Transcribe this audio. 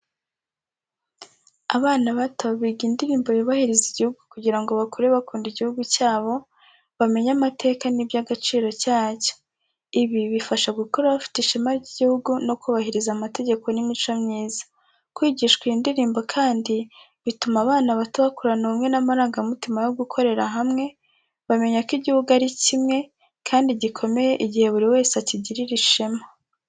Abana bato biga indirimbo yubahiriza igihugu kugira ngo bakure bakunda igihugu cyabo, bamenye amateka n’iby’agaciro cyacyo. Ibi bibafasha gukura bafite ishema ry’igihugu no kubahiriza amategeko n’imico myiza. Kwigishwa iyi ndirimbo kandi bituma abana bato bakurana ubumwe n’amarangamutima yo gukorera hamwe, bamenya ko igihugu ari kimwe kandi gikomeye igihe buri wese akigirira ishema.